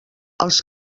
els